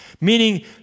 meaning